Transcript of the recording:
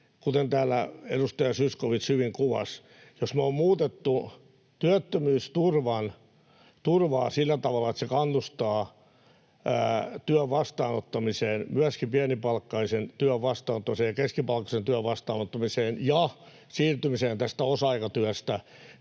kuten täällä edustaja Zyskowicz hyvin kuvasi: jos me ollaan muutettu työttömyysturvaa sillä tavalla, että se kannustaa työn vastaanottamiseen, myöskin pienipalkkaisen työn vastaanottamiseen ja keskipalkkaisen työn vastaanottamiseen ja siirtymiseen osa-aikatyöstä